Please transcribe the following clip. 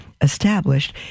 established